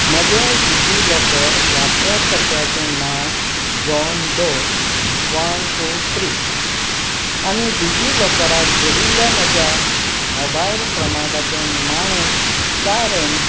म्हजें डिजिलॉकर वापरकर्त्याचें नांव John Doe one two three आनी डिजिलॉकराक जोडिल्ल्या म्हज्या मोबायल क्रमांकाचें निमाणें चार अंक